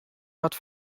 wat